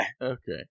okay